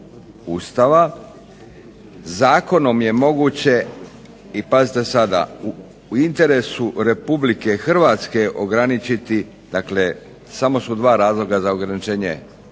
ustava zakonom je moguće i pazite sada, u interesu Republike Hrvatske ograničiti, dakle samo su dva razloga za ograničenje prava